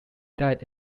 died